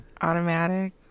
automatic